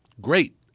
great